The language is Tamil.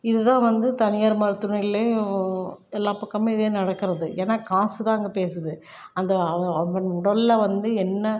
இது தான் வந்து தனியார் மருத்துவமனைகள்லேயும் எல்லாப் பக்கமுமே இதே நடக்கிறது ஏன்னா காசு தான் அங்கே பேசுது அந்த அவங்க அவங்க உடலில் வந்து என்ன